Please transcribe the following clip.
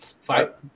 fight